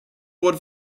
wurde